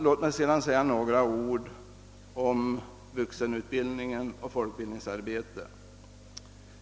Låt mig sedan säga några ord om vuxenutbildningen och folkbildningsarbetet.